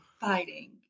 Fighting